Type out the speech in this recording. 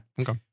Okay